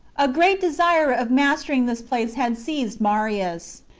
a great desire of mastering this place had seized marius.